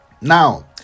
Now